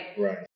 Right